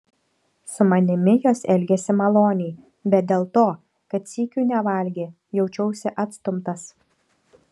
su manimi jos elgėsi maloniai bet dėl to kad sykiu nevalgė jaučiausi atstumtas